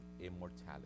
immortality